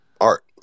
art